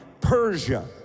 Persia